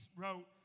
wrote